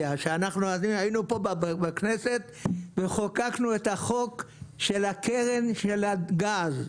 כשהיינו פה בכנסת וחוקקנו את החוק של הקרן של הגז.